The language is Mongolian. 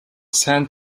сайн